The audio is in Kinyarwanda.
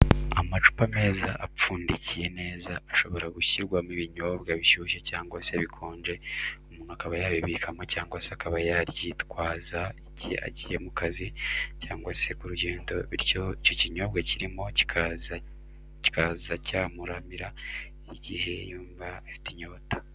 Amacupa meza apfundikiye neza ashobora gushyirwamo ibinyobwa bishushye cyangwa se bikonje umuntu akaba yabibikamo cyangwa se akaba yaryitwaza agiye mu kazi cyangwa se ku rugendo bityo icyo kinyobwa kirimo kikaza cyamuramira igihe yumva afite inyota.